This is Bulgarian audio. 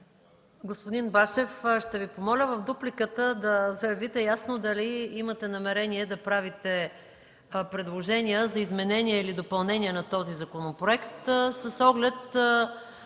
Господин Башев, ще Ви помоля в дупликата ясно да заявите дали имате намерение да правите предложение за изменение или допълнение на този законопроект